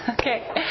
Okay